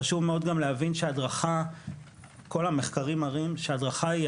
חשוב מאד להבין שכל המחקרים מראים שההדרכה היא